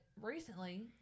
recently